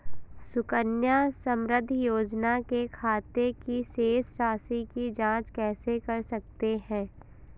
सुकन्या समृद्धि योजना के खाते की शेष राशि की जाँच कैसे कर सकते हैं?